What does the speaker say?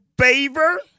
favor